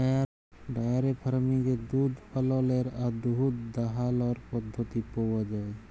diary ফার্মিংয়ে গরু পাললের আর দুহুদ দহালর পদ্ধতি পাউয়া যায়